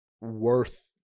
worth